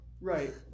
right